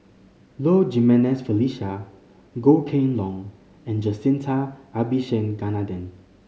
Low Jimenez Felicia Goh Kheng Long and Jacintha Abisheganaden